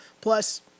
Plus